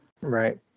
Right